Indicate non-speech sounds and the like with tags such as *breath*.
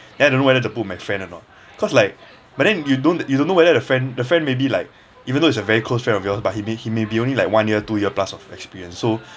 then I don't know whether to put with my friend or not *breath* cause like but then you don't you don't know whether the friend the friend maybe like *breath* even though it's a very close friend of yours but he may he may be only like one year two year plus of experience so